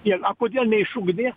jie a kodįl neišugdė